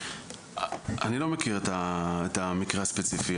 אני לא מכיר את המקרה הספציפי,